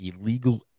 Illegal